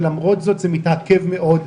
ולמרות זאת זה מתעכב מאוד.